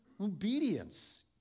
obedience